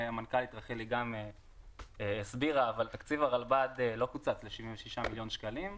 המנכ"לית רחלי גם הסבירה אבל תקציב הרלב"ד לא קוצץ ל-76 מיליון שקלים.